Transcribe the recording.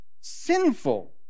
sinful